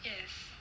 yes